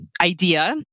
idea